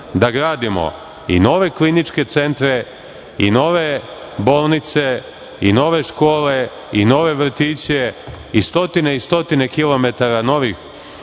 da gradimo i nove kliničke centre, nove bolnice, nove škole, nove vrtiće i stotine i stotine kilometara novih